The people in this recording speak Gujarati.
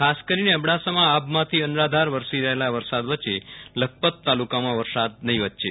ખાસ કરીને અબડાસામાં આભમાંથી અનરાધાર વરસી રહેલા વરસાદ વચ્ચે લખપત તાલુકામાં વરસાદ નહીવત છે